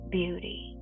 beauty